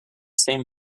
same